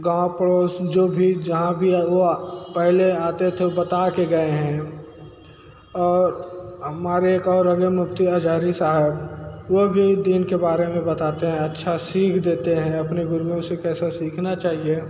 गाँव पड़ोस जो भी जहाँ भी वह पहले आते थे वो बता के गए हैं और हमारे एक और होंगे मुफ़्ती हज़ारी साहब वो भी दीन के बारे में बताते हैं अच्छा सीख देते हैं अपने गुरुओं से कैसे सीखना चाहिए